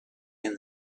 and